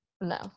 No